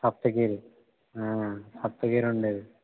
సప్తగిరి సప్తగిరి ఉండేది